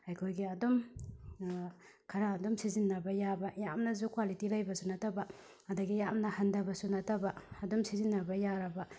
ꯑꯩꯈꯣꯏꯒꯤ ꯑꯗꯨꯝ ꯈꯔ ꯑꯗꯨꯝ ꯁꯤꯖꯤꯟꯅꯕ ꯌꯥꯕ ꯌꯥꯝꯅꯁꯨ ꯀ꯭ꯋꯥꯂꯤꯇꯤ ꯂꯩꯕꯁꯨ ꯅꯠꯇꯕ ꯑꯗꯒꯤ ꯌꯥꯝꯅ ꯍꯟꯊꯕꯁꯨ ꯅꯠꯇꯕ ꯑꯗꯨꯝ ꯁꯤꯖꯤꯟꯅꯕ ꯌꯥꯔꯕ